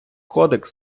кодекс